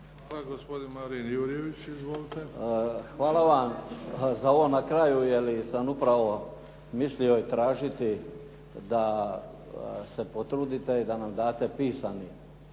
Hvala vam za ovo na kraju, jer sam upravo mislio tražiti da se potrudite i da nam date pisani